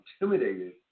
intimidated